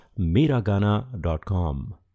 Miragana.com